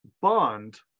bond